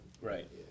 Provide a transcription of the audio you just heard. Right